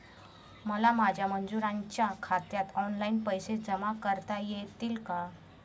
मला माझ्या मजुरांच्या खात्यात ऑनलाइन पैसे जमा करता येतील का?